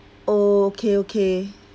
oh okay okay